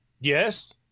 Yes